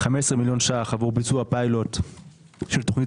15 מיליון ₪ עבור ביצוע פילוט של תוכנית